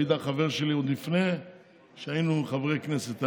אבידר חבר שלי עוד לפני שהיינו חברי כנסת,